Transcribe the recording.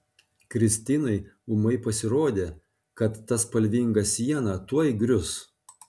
kristinai ūmai pasirodė kad ta spalvinga siena tuoj grius